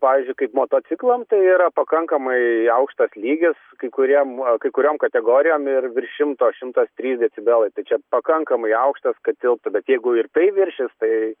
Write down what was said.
pavyzdžiui kaip motociklam tai yra pakankamai aukštas lygis kai kuriem kai kuriom kategorijom ir virš šimto šimtas trys decibelai tai čia pakankamai aukštas kad tilptų bet jeigu ir tai viršys tai